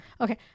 Okay